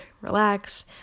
relax